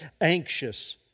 anxious